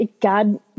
God